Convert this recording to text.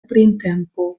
printempo